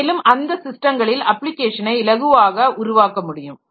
மேலும் அந்த ஸிஸ்டங்களில் அப்ளிகேஷனை இலகுவாக உருவாக்க முடியும்